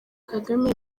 kagame